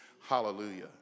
Hallelujah